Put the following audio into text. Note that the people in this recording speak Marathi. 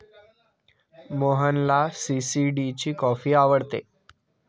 मोहनला सी.सी.डी ची कॉफी आवडते